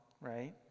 right